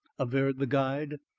averred the guide.